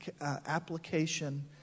application